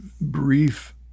brief